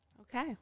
Okay